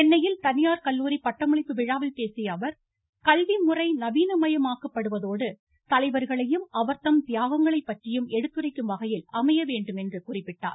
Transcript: சென்னையில் தனியார் கல்லுாரி பட்டமளிப்பு விழாவில் பேசிய அவர் கல்விமுறை நவீனமயமாக்கப்படுவதோடு தலைவர்களையும் அவர்தம் தியாகங்களை பற்றியும் எடுத்துரைக்கும் வகையில் அமைய வேண்டும் என்று குறிப்பிட்டார்